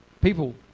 people